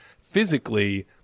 physically